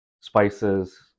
Spices